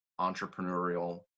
entrepreneurial